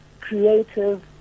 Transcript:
creative